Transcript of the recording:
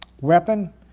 weapon